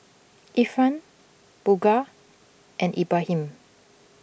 Irfan Bunga and Ibrahim